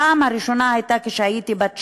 הפעם הראשונה הייתה כשהייתי בת שש.